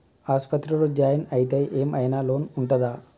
ఆస్పత్రి లో జాయిన్ అయితే ఏం ఐనా లోన్ ఉంటదా?